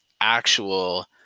actual